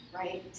right